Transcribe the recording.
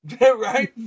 right